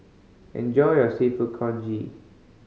enjoy your Seafood Congee